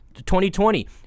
2020